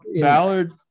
Ballard